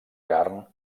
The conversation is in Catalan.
carn